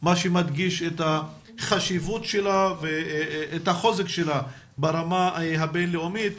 מה שמדגיש את החשיבות שלה ואת החוזק שלה ברמה הבינלאומית.